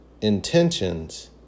intentions